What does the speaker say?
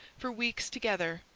for weeks together,